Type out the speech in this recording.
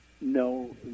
No